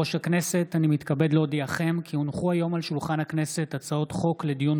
אני מתכבד לפתוח את מליאת הכנסת.